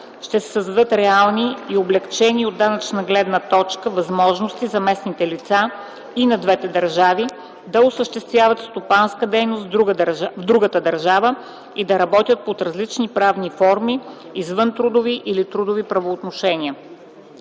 Ще се създадат реални и облекчени от данъчна гледна точка възможности за местните лица и на двете държави да осъществяват стопанска дейност в другата държава и да работят под различни правни форми – извънтрудови или трудови правоотношения.